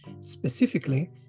specifically